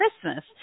Christmas